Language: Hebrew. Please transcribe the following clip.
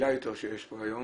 הקלילה יותר שיש פה היום.